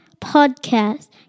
podcast